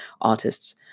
artists